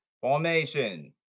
formation